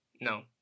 No